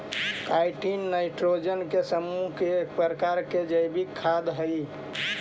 chitin nitrogen के समूह के एक प्रकार के जैविक खाद हई